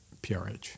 PRH